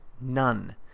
None